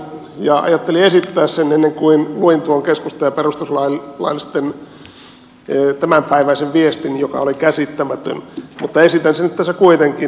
ajattelin esittää sen ennen kuin luin tuon keskustan ja perussuomalaisten tämänpäiväisen viestin joka oli käsittämätön mutta esitän sen nyt tässä kuitenkin